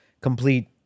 complete